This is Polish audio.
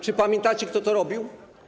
Czy pamiętacie, kto to robił?